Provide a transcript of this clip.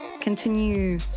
continue